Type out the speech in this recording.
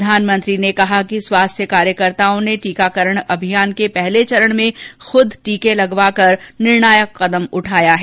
प्रधानमंत्री ने कहा कि स्वास्थ्य कार्यकर्ताओं ने टीकाकरण अभियान के पहले चरण में खुद टीके लगवाकर निर्णायक कदम उठाया है